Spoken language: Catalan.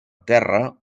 terra